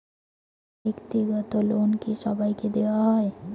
ব্যাক্তিগত লোন কি সবাইকে দেওয়া হয়?